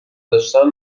نداشتن